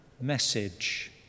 message